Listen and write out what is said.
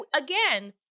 again